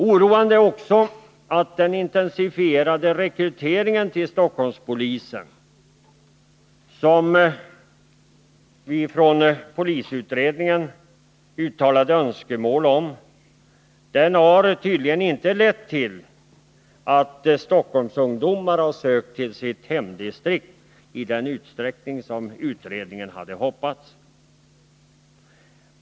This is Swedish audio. Oroande är också att den intensifierade rekrytering till Stockholmspolisen som vi från polisutredningen uttalade önskemål om tydligen inte lett till att Stockholmsungdomar sökt till sitt hemdistrikt i den utsträckning som utredningen hade hoppats.